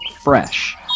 fresh